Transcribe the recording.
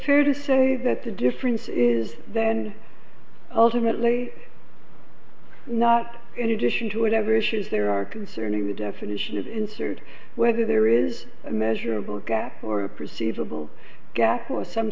fair to say that the difference is then ultimately not in addition to whatever issues there are concerning the definition is inserted whether there is a measurable gap or a perceivable gap or some